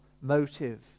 motive